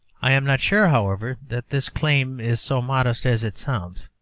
i am not sure, however, that this claim is so modest as it sounds,